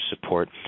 support